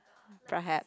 perhaps